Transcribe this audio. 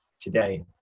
today